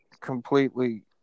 completely